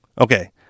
Okay